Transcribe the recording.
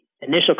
initial